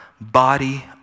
body